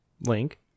Link